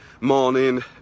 morning